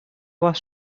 was